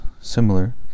similar